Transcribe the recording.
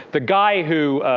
the guy who